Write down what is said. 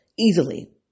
easily